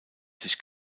sich